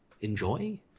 enjoy